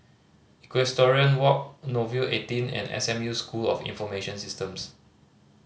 Equestrian Walk Nouvel Eighteen and S M U School of Information Systems